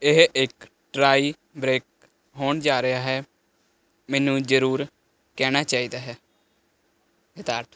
ਇਹ ਇੱਕ tie break ਹੋਣ ਜਾ ਰਿਹਾ ਹੈ ਮੈਨੂੰ ਜ਼ਰੂਰ ਕਹਿਣਾ ਚਾਹੀਦਾ ਹੈ